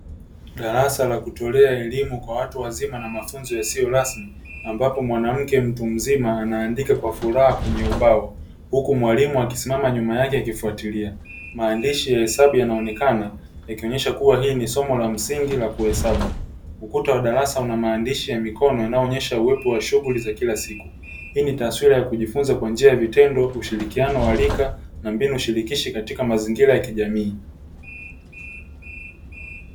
Darasa la kutoa elimu kwa watu wazima na mafunzo yasiyo rasmi, ambapo mwanamke mtu mzima anaandika kwa furaha kwenye ubao, huku mwalimu akisimama nyuma yake akifuatilia. Maandishi ya hesabu yanaonekana, yakionyesha kuwa hili ni somo la msingi la kuhesabu. Ukuta wa darasa una maandishi ya mikono yanayoonyesha uwepo wa shughuli za kila siku. Hii ni taswira ya kujifunza kwa njia ya vitendo, ushirikiano wa rika na mbinu shirikishi katika mazingira ya kijamii.